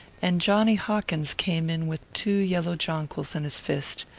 and johnny hawkins came in with two yellow jonquils in his fist.